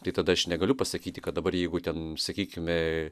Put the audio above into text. tai tada aš negaliu pasakyti kad dabar jeigu ten sakykime